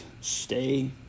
stay